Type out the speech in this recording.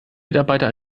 mitarbeiter